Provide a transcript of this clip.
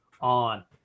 on